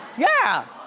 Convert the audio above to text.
yeah,